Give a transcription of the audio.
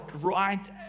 right